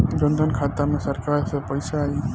जनधन खाता मे सरकार से पैसा आई?